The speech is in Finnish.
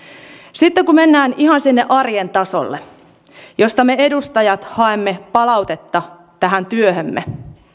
sitten kun mennään ihan sinne arjen tasolle josta me edustajat haemme palautetta tähän työhömme